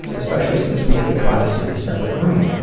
especially since we had the privacy of a separate room.